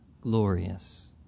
glorious